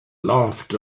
laughed